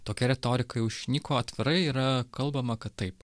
tokia retorika jau išnyko atvirai yra kalbama kad taip